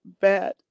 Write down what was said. bad